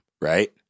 right